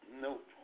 Nope